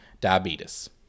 diabetes